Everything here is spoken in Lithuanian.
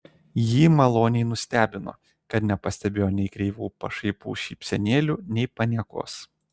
jį maloniai nustebino kad nepastebėjo nei kreivų pašaipių šypsenėlių nei paniekos